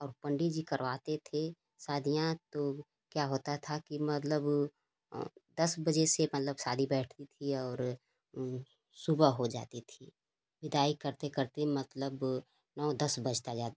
और पंडित जी करवाते थे शादियाँ तो क्या होता था कि मतलब दस बजे से मतलब शादी बैठती थी और सुबह हो जाती थी विदाई करते करते मतलब नौ दस बजता जा